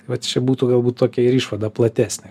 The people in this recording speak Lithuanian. vat čia būtų galbūt tokia ir išvada platesnė